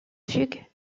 fugue